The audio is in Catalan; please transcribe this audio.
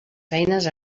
feines